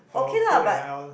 okay lah but